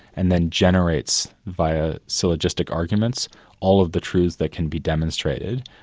and then generates via syllogistic arguments all of the truth that can be demonstrated,